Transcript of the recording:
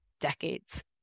decades